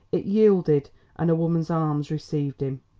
it yielded and a woman's arms received him.